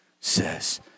says